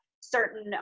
certain